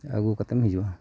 ᱟᱹᱜᱩ ᱠᱟᱛᱮᱢ ᱦᱤᱡᱩᱜᱼᱟ